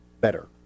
better